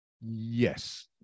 yes